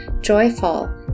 joyful